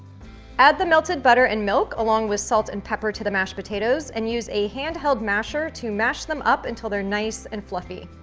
add the melted butter and milk along with salt and pepper to the mashed potatoes and use a handheld masher to mash them up until they're nice and fluffy.